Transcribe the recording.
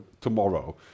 tomorrow